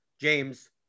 James